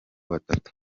batatu